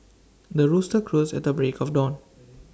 the rooster crows at the break of dawn